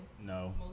No